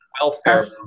welfare